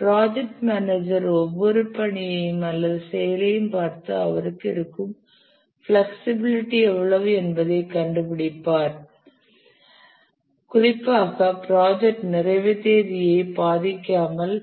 project manager ஒவ்வொரு பணியையும் அல்லது செயலையும் பார்த்து அவருக்கு இருக்கும் பிளக்சிபிளிட்டி எவ்வளவு என்பதைக் கண்டுபிடிப்பார் குறிப்பாக ப்ராஜெக்ட் நிறைவு தேதியை பாதிக்காமல்